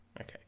Okay